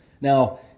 Now